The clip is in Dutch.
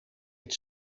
dit